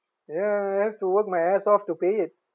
ya I have to work my ass off to pay it